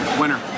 winner